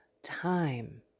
Time